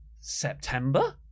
September